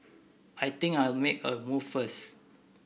I think I'll make a move first